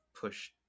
push